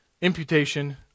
Imputation